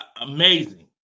amazing